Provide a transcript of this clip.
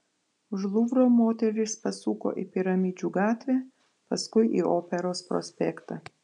už luvro moterys pasuko į piramidžių gatvę paskui į operos prospektą